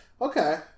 Okay